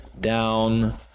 down